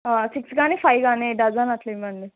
six గానీ five గానీ dozen అట్లా ఇవ్వండి